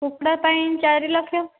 କୁକୁଡ଼ା ପାଇଁ ଚାରି ଲକ୍ଷ